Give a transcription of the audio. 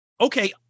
Okay